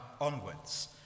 onwards